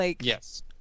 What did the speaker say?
Yes